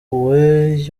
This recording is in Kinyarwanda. point